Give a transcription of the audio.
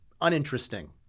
uninteresting